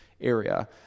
area